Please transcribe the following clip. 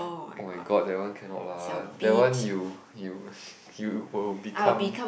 oh-my-god that one cannot lah that one you you you will become